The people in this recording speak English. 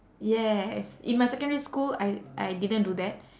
yes in my secondary school I I didn't do that